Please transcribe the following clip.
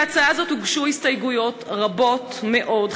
להצעה זאת הוגשו הסתייגויות רבות מאוד,